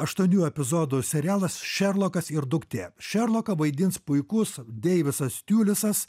aštuonių epizodų serialas šerlokas ir duktė šerloką vaidins puikus deivisas tiulisas